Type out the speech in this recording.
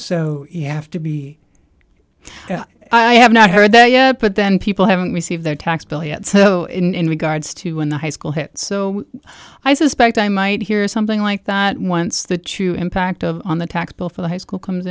so you have to be i have not heard that yet but then people haven't received their tax bill yet so in regards to when the high school hit so i suspect i might hear something like that once the true impact of on the tax bill for the high school comes